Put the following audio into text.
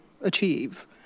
achieve